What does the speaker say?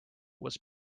was